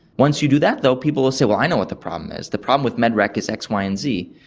once you do that though people will say, well, i know what the problem is, the problem with med rec is x, y and z.